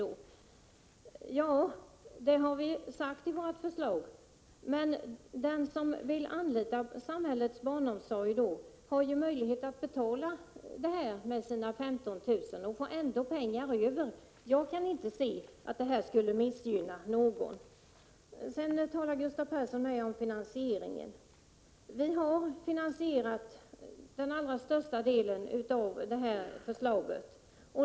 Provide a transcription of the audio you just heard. Det är riktigt att vi har sagt det i vårt förslag. Men den som vill anlita samhällets barnomsorg har ju möjlighet att betala för det med sina 15 000 kr. och ändå få pengar över. Jag kan inte se att detta skulle missgynna någon. Gustav Persson talar också om finansieringen. Vi har finansierat den allra största delen av detta förslag.